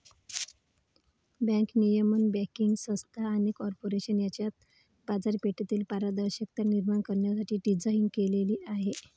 bank नियमन banking संस्था आणि कॉर्पोरेशन यांच्यात बाजारपेठेतील पारदर्शकता निर्माण करण्यासाठी डिझाइन केलेले आहे